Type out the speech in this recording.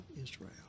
Israel